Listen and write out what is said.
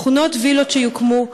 שכונות הווילות שיוקמו,